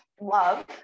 love